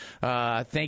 Thank